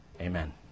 Amen